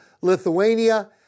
Lithuania